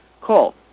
Call